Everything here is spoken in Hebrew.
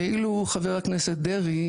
ואילו חבר הכנסת דרעי